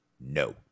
No